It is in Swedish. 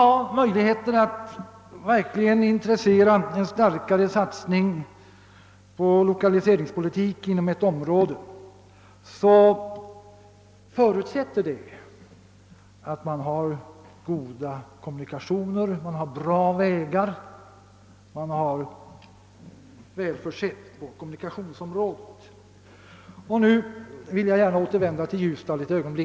En ovillkorlig förutsättning för en starkare satsning på lokaliseringspolitiken inom ett område är nämligen att man har goda vägar och över huvud taget är väl utrustad i kommunikationshänseende. Jag vill nu för ett ögonblick återkomma till frågan om Ljusdal.